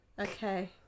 okay